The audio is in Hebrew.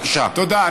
תודה.